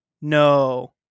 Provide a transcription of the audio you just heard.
No